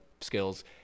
skills